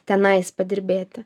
tenais padirbėti